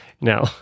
No